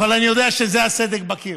אבל אני יודע שזה הסדק בקיר,